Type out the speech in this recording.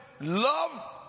love